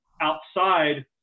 outside